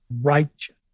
righteous